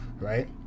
right